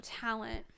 talent